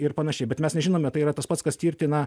ir panašiai bet mes nežinome tai yra tas pats kas tirti na